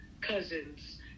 cousins